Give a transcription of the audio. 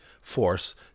force